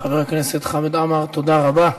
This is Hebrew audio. חבר הכנסת חמד עמאר, תודה רבה.